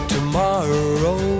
Tomorrow